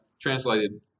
translated